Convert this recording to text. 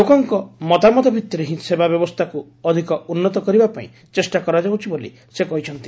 ଲୋକଙ୍କ ମତାମତ ଭିତ୍ତିରେ ହିଁ ସେବା ବ୍ୟବସ୍ତାକୁ ଅଧିକ ଉନ୍ଦତ କରିବା ପାଇଁ ଚେଷ୍ଟା କରାଯାଉଛି ବୋଲି ସେ କହିଛନ୍ତି